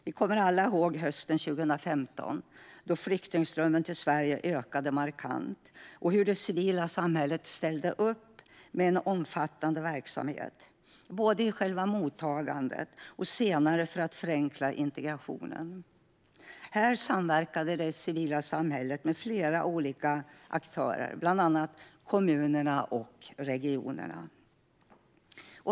Vi kommer alla ihåg hösten 2015 då flyktingströmmen till Sverige ökade markant och hur det civila samhället då ställde upp med en omfattande verksamhet i själva mottagandet och senare för att förenkla integrationen. Här samverkade det civila samhället med flera olika aktörer, bland annat kommunerna och regionerna.